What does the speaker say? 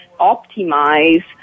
optimize